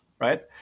Right